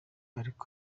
ariko